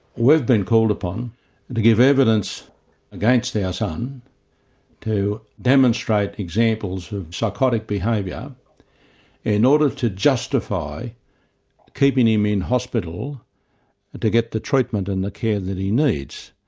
we've been called upon to give evidence against our ah son to demonstrate examples of psychotic behaviour in order to justify keeping him in hospital and to get the treatment and the care that he needs.